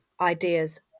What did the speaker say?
ideas